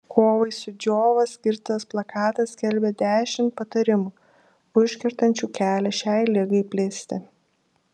kovai su džiova skirtas plakatas skelbia dešimt patarimų užkertančių kelią šiai ligai plisti